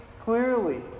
clearly